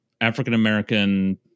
African-American